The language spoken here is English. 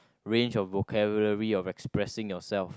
range of vocabulary of expressing yourself